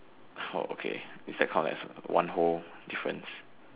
oh okay is that count as a one whole difference